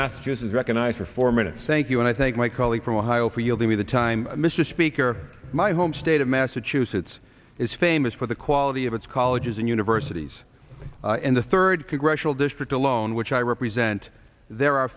massachusetts recognized for four minutes thank you and i thank my colleague from ohio for you'll be the time mr speaker my home state of massachusetts is famous for the quality of its colleges and universities in the third congressional district alone which i represent there are